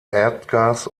erdgas